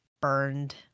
burned